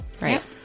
right